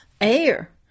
air